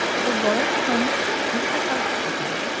the large bunch is the housekeeping,